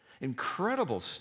Incredible